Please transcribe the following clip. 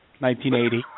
1980